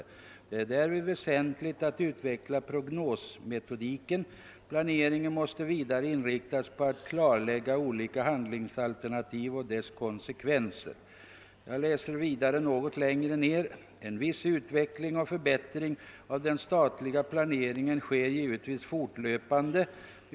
Det är därvid väsentligt att utveckla prognosmetodiken. Planeringen måste vidare inriktas på att klarlägga olika handlingsalternativ och dessas konsekvenser.» Jag läser vidare litet längre ned i reservationen: «»En viss utveckling och förbättring av den statliga planeringen sker givetvis fortlöpande.